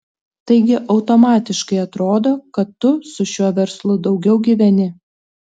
taigi automatiškai atrodo kad tu su šiuo verslu daugiau gyveni